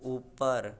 ऊपर